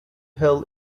hell